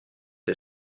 que